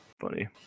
Funny